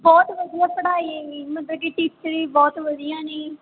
ਬਹੁਤ ਵਧੀਆ ਪੜ੍ਹਾਈ ਵੀ ਮਤਲਬ ਕਿ ਟੀਚਰ ਵੀ ਬਹੁਤ ਵਧੀਆ ਨੇ